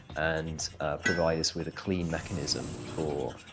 and provide us with a clean mechanism for